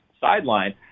sideline